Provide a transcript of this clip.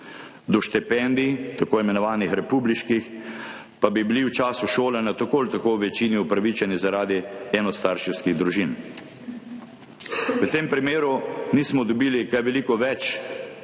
Do štipendij, tako imenovanih republiških, pa bi bili v času šolanja tako ali tako v večini upravičeni zaradi enostarševskih družin. V tem primeru nismo dobili kaj veliko več,